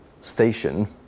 station